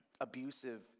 abusive